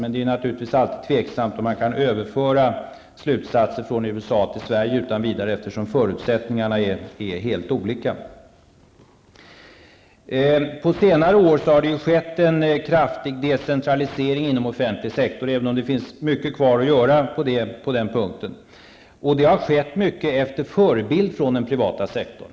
Men det är naturligtvis alltid osäkert om man utan vidare kan överföra slutsatser från USA till svenska förhållanden, eftersom förutsättningarna är helt olika. På senare år har det skett en kraftig decentralisering inom offentlig sektor, även om det finns mycket kvar att göra på den punkten. Detta har skett mycket efter förebild från den privata sektorn.